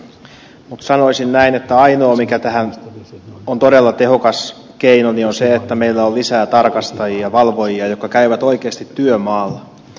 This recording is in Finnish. mutta sanoisin näin että ainoa todella tehokas keino tähän on se että meillä on lisää tarkastajia ja valvojia jotka käyvät oikeasti työmaalla